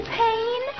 pain